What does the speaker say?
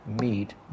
meet